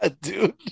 Dude